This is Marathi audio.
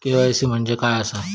के.वाय.सी म्हणजे काय आसा?